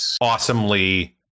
awesomely